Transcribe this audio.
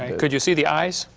could you see the eyes?